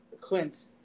Clint